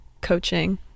coaching